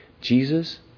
Jesus